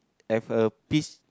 have a peach